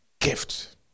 gift